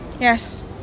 yes